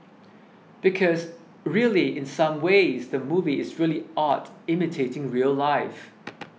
because really in some ways the movie is really art imitating real life